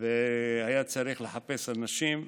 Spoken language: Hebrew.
והיה צריך לחפש אנשים.